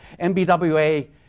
MBWA